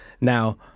Now